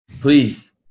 please